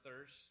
thirst